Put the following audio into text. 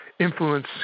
Influence